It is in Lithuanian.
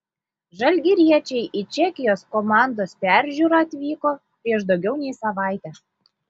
žalgiriečiai į čekijos komandos peržiūrą atvyko prieš daugiau nei savaitę